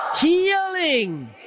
Healing